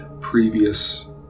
previous